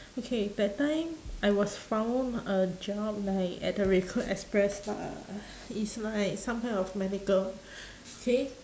okay that time I was found a job like at the recruit express lah uh it's like some kind of medical okay